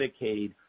Medicaid